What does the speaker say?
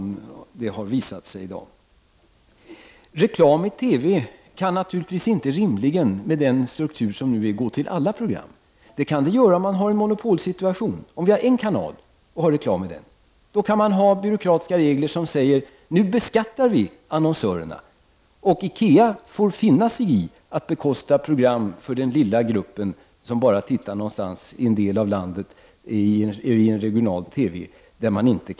Reklam i TV kan rimligen inte gälla alla program, med den struktur som nu är, Det är annorlunda om man har en monopolsituation. Om vi har en kanal, och reklam i den, kan man beskatta annonsörerna och säga att IKEA får finna sig i att bekosta program för små grupper som tittar bara i en del av landet i en regional TV.